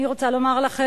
אני רוצה לומר לכם,